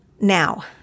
Now